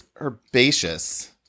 Herbaceous